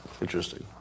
Interesting